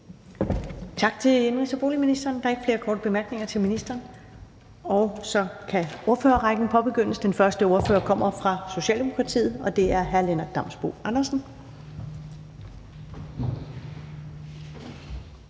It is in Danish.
Tak til indenrigs- og boligministeren. Der er ikke flere korte bemærkninger til ministeren. Så kan ordførerrækken påbegyndes, og den første ordfører kommer fra Socialdemokratiet, og det er hr. Lennart Damsbo-Andersen.